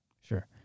Sure